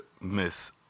Miss